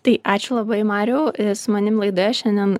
tai ačiū labai mariau su manim laidoje šiandien